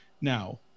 Now